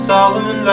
Solomon